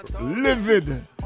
livid